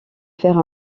faire